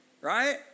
Right